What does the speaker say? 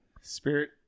Spirit